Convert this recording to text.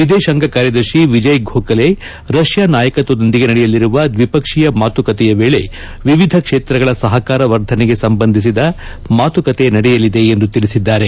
ವಿದೇಶಾಂಗ ಕಾರ್ಯದರ್ಶಿ ವಿಜಯ್ ಗೋಖಲೆ ರಷ್ಯಾ ನಾಯಕತ್ವದೊಂದಿಗೆ ನಡೆಯಲಿರುವ ದ್ವಿಪಕ್ಷೀಯ ಮಾತುಕತೆಯ ವೇಳಿ ವಿವಿಧ ಕ್ಷೇತ್ರಗಳ ಸಹಕಾರ ವರ್ಧನೆಗೆ ಸಂಬಂಧಿಸಿದ ಮಾತುಕತೆ ನಡೆಯಲಿದೆ ಎಂದು ತಿಳಿಸಿದ್ದಾರೆ